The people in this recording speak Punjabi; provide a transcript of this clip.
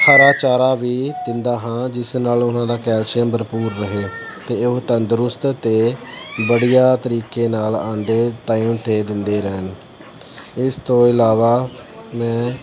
ਹਰਾ ਚਾਰਾ ਵੀ ਦਿੰਦਾ ਹਾਂ ਜਿਸ ਨਾਲ ਉਹਨਾਂ ਦਾ ਕੈਲਸ਼ੀਅਮ ਭਰਪੂਰ ਰਹੇ ਅਤੇ ਉਹ ਤੰਦਰੁਸਤ ਅਤੇ ਵਧੀਆ ਤਰੀਕੇ ਨਾਲ ਆਂਡੇ ਟਾਈਮ 'ਤੇ ਦਿੰਦੇ ਰਹਿਣ ਇਸ ਤੋਂ ਇਲਾਵਾ ਮੈਂ